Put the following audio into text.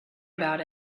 about